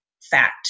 fact